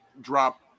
drop